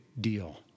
deal